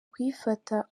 kuyifata